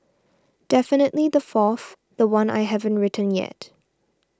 definitely the fourth the one I haven't written yet